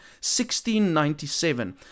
1697